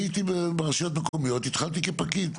אני הייתי ברשויות מקומיות, התחלתי כפקיד.